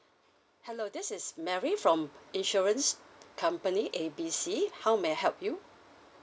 hello this is mary from insurance company A B C how may I help you